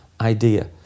idea